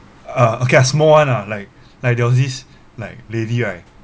uh okay ah small one ah like like there was this like lady right